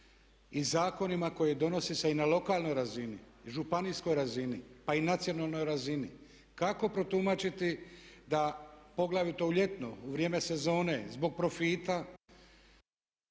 i zakonima koji donose se i na lokalnoj razini i županijskoj razini, pa i nacionalnoj razini. Kako protumačiti da poglavito u ljetno, u vrijeme sezone zbog profita